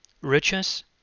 Riches